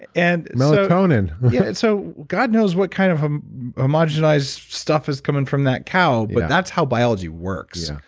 and melatonin yeah so, god knows what kind of homogenized stuff is coming from that cow, but that's how biology works yeah